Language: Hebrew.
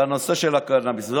והנושא של הקנביס.